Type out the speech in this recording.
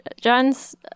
John's